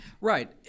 Right